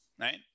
right